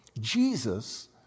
Jesus